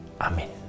Amen